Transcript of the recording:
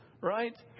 right